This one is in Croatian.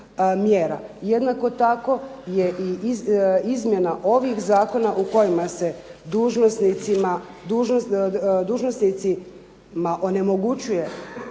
Jednako tako je i izmjena ovih zakona u kojima se dužnosnicima onemogućuje